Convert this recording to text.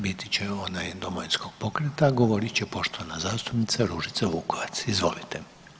biti će onaj Domovinskog pokreta govori će poštovana zastupnica Ružica Vukovac, izvolite.